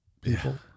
people